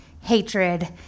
hatred